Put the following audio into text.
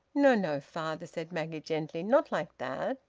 no, no, father! said maggie gently. not like that!